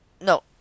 no